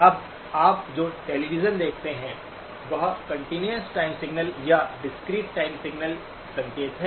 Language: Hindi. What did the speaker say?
अब आप जो टेलीविज़न देखते हैं वह कंटीन्यूअस टाइम सिग्नल या डिस्क्रीट टाइम सिग्नल्स संकेत है